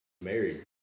married